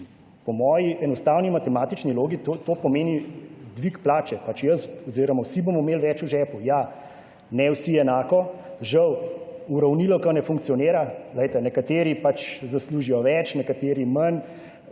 po moji enostavni matematični logiki to pomeni dvig plače, pač jaz oziroma vsi bomo imeli več v žepu. Ja, ne vsi enako. Žal uravnilovka ne funkcionira. Glejte, nekateri pač zaslužijo več, nekateri manj.